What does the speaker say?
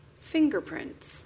Fingerprints